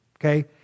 okay